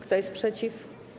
Kto jest przeciw?